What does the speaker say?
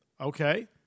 Okay